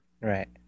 Right